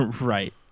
right